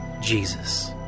Jesus